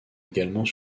également